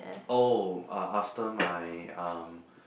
oh uh after my um